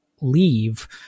leave